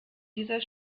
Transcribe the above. dieser